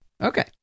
Okay